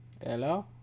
Hello